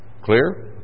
Clear